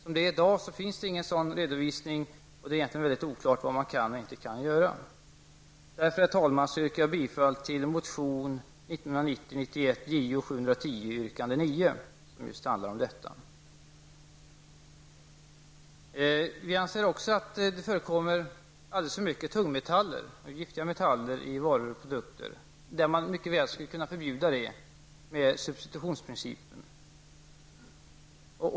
I dag finns ingen sådan redovisning, och det är egentligen mycket oklart vad man kan och inte kan göra. Därför, herr talman, yrkar jag bifall till motion Vi anser också att det förekommer alldeles för mycket giftiga tungmetaller i varor och produkter, som mycket väl skulle kunna förbjudas enligt substitutionsprincipen.